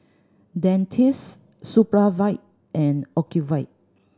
Dentiste Supravit and Ocuvite